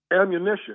ammunition